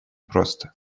просто